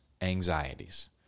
anxieties